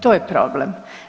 To je problem.